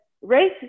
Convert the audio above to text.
race